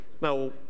Now